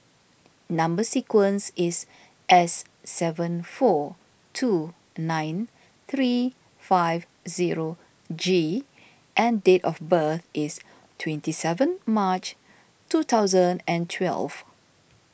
Number Sequence is S seven four two nine three five zero G and date of birth is twenty seven March two thousand and twelve